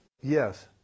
Yes